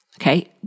Okay